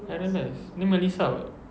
I don't realise ini melissa [what]